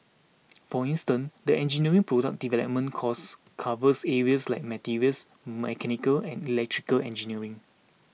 for instance the engineering product development course covers areas like materials mechanical and electrical engineering